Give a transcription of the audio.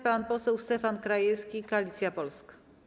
Pan poseł Stefan Krajewski, Koalicja Polska.